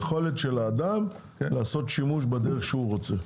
היכולת של האדם לעשות שימוש בדרך שהוא רוצה.